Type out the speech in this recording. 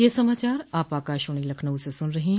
ब्रे क यह समाचार आप आकाशवाणी लखनऊ से सुन रहे हैं